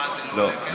לא.